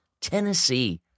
Tennessee